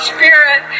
Spirit